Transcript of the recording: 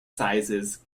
sizes